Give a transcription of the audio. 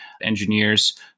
Engineers